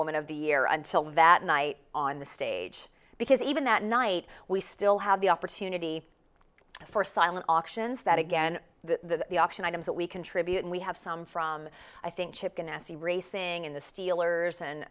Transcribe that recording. woman of the year until that night on the stage because even that night we still have the opportunity for silent auctions that again the the auction items that we contribute and we have some from i think chip ganassi racing in the steelers and